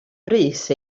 brys